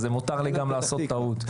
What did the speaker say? אז מותר לי גם לעשות טעות.